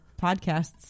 podcast's